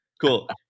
cool